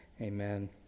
Amen